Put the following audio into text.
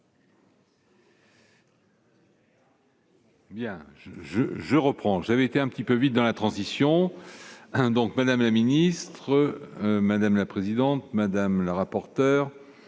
bien je je reprends, j'avais été un petit peu vite dans la transition, hein, donc, madame la ministre, madame la présidente, madame la rapporteure